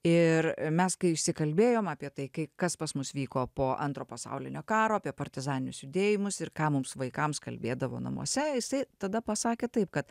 ir mes kai išsikalbėjom apie tai kas pas mus vyko po antro pasaulinio karo apie partizaninius judėjimus ir ką mums vaikams kalbėdavo namuose jisai tada pasakė taip kad